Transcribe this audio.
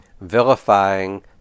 vilifying